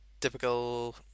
typical